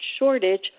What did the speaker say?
shortage